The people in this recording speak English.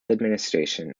administration